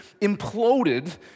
imploded